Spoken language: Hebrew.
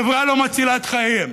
החברה לא מצילה את חייהם?